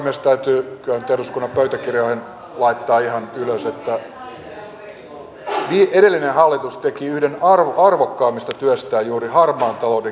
täytyy kyllä nyt eduskunnan pöytäkirjoihin laittaa ihan ylös että edellinen hallitus teki yhden arvokkaimmista töistään juuri harmaan talouden kitkemiseksi